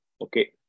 okay